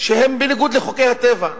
שהם בניגוד לחוקי הטבע,